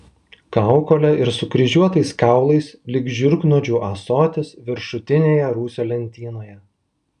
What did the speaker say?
kaukole ir sukryžiuotais kaulais lyg žiurknuodžių ąsotis viršutinėje rūsio lentynoje